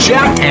Jack